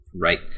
Right